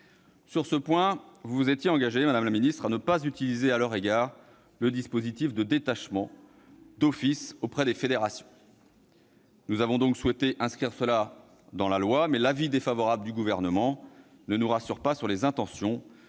Vous vous étiez engagée, madame la ministre, à ne pas utiliser à leur égard le dispositif de détachement d'office auprès des fédérations. Nous avons donc souhaité traduire cet engagement dans la loi, mais l'avis défavorable du Gouvernement ne nous rassure pas sur ses intentions.